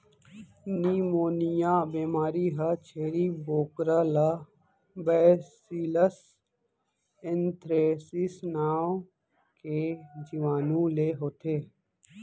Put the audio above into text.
pneumonia बेमारी ह छेरी बोकरा ला बैसिलस एंथ्रेसिस नांव के जीवानु ले होथे